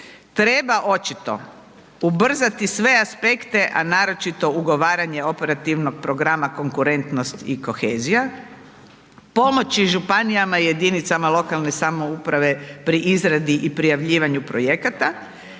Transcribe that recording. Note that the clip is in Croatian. treba očito ubrzati sve aspekte, a naročito ugovaranje Operativnog programa konkurentnost i kohezija, pomoći županijama i jedinicama lokalne samouprave pri izradi i prijavljivanju projekata,